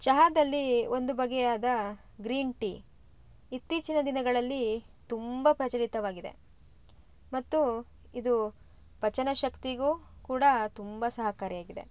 ಚಹಾದಲ್ಲಿ ಒಂದು ಬಗೆಯಾದ ಗ್ರೀನ್ ಟೀ ಇತ್ತೀಚಿನ ದಿನಗಳಲ್ಲಿ ತುಂಬ ಪ್ರಚಲಿತವಾಗಿದೆ ಮತ್ತು ಇದು ಪಚನ ಶಕ್ತಿಗು ಕೂಡ ತುಂಬ ಸಹಕಾರಿಯಾಗಿದೆ